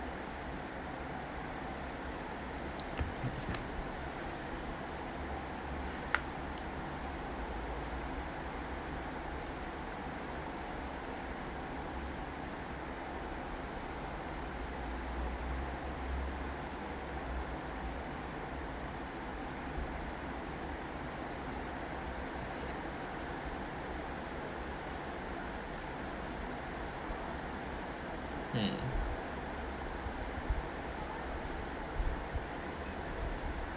mm